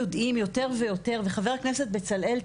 יודעים יותר ויותר וחבר הכנסת בצלאל,